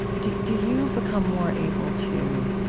do do you become more able to